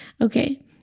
Okay